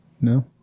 No